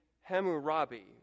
Hammurabi